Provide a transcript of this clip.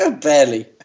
Barely